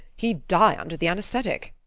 he'd die under the anaesthetic.